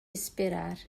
esperar